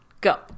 go